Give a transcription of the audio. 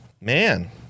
Man